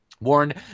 warned